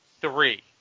three